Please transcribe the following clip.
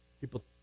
People